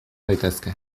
daitezke